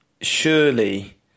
Surely